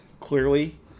Clearly